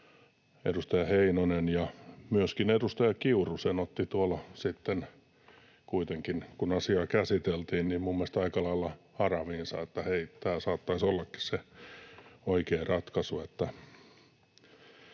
edustaja Heinonen. Ja myöskin edustaja Kiuru sen otti sitten kuitenkin, kun asiaa käsiteltiin, minun mielestäni aika lailla haraviinsa, että hei, tämä saattaisi ollakin se oikea ratkaisu.